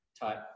type